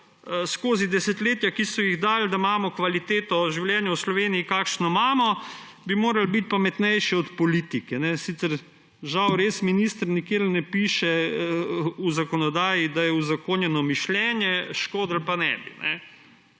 skozi desetletja, ki so ga dali, da imamo kvaliteto življenja v Sloveniji, kakršno imamo, bi morali biti pametnejši od politike. Sicer žal res, minister, nikjer ne piše v zakonodaji, da je uzakonjeno mišljenje, škodilo pa ne bi.